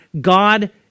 God